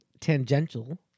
Tangential